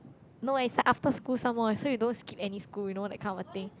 no is like after school some more leh so you don't skip any school you know that kind of thing